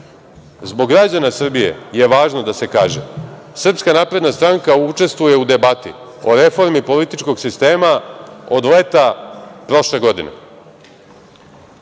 Zbog građana Srbije je važno da se kaže, SNS učestvuje u debati o reformi političkog sistema od leta prošle godine.